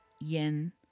Yen